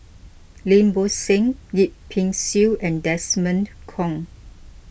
Lim Bo Seng Yip Pin Xiu and Desmond Kon